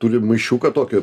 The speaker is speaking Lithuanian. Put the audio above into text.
turi maišiuką tokį